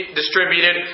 distributed